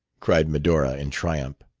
cried medora in triumph.